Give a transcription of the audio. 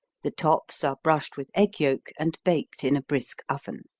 the tops are brushed with egg yolk and baked in a brisk oven.